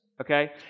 Okay